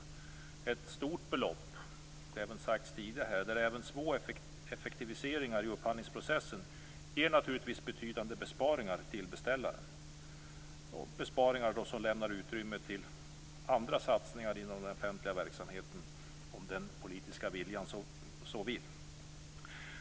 Det är ett stort belopp - det har sagts även tidigare här - där även små effektiviseringar i upphandlingsprocessen naturligtvis ger betydande besparingar till beställaren, besparingar som lämnar utrymme till andra satsningar inom den offentliga verksamheten, om den politiska viljan så bestämmer.